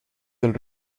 del